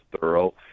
thorough